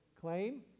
claim